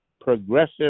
progressive